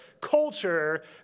culture